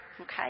Okay